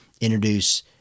introduce